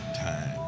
time